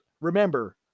Remember